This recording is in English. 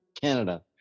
Canada